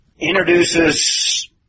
introduces